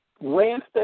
Wednesday